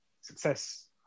success